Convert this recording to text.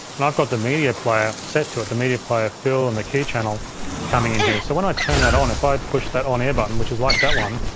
and i've gpt the media player set to it, the media player fill and the key channel coming in here. so when i turn that on, if i push that on air button which is like that one,